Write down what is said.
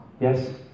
Yes